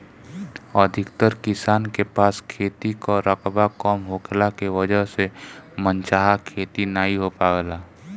अधिकतर किसान के पास खेत कअ रकबा कम होखला के वजह से मन चाहा खेती नाइ हो पावेला